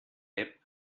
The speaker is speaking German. app